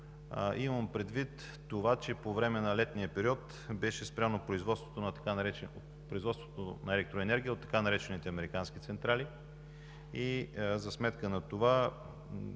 Имам предвид това, че по време на летния период беше спряно производството на електроенергия от така наречените „американски“ централи и за сметка на това